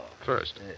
First